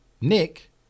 Nick